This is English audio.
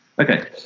Okay